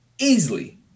Easily